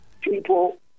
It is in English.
people